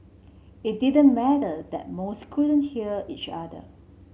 it didn't matter that most couldn't hear each other